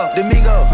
Domingo